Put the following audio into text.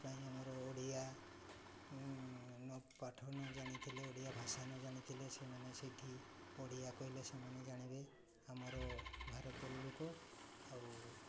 ପାଇଁ ଆମର ଓଡ଼ିଆ ନ ପାଠ ନ ଜାଣିଥିଲେ ଓଡ଼ିଆ ଭାଷା ନ ଜାଣିଥିଲେ ସେମାନେ ସେଇଠି ଓଡ଼ିଆ କହିଲେ ସେମାନେ ଜାଣିବେ ଆମର ଭାରତର ଲୋକ ଆଉ